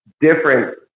different